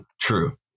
true